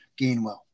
gainwell